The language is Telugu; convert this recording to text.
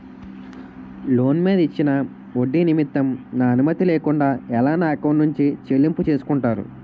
లోన్ మీద ఇచ్చిన ఒడ్డి నిమిత్తం నా అనుమతి లేకుండా ఎలా నా ఎకౌంట్ నుంచి చెల్లింపు చేసుకుంటారు?